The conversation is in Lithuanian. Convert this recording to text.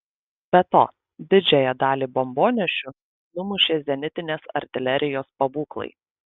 be to didžiąją dalį bombonešių numušė zenitinės artilerijos pabūklai